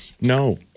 No